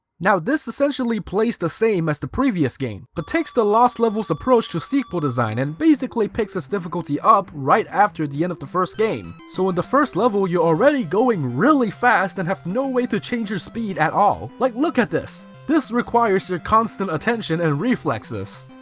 now this essentially plays the same as the previous game, but takes the lost levels approach to sequel design and basically picks its difficulty up right after the end of the first game, so in the first level, you're already going really fast and have no way to change your speed at all. like look at this this requires your constant attention and reflexes.